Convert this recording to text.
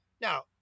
Now